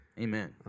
Amen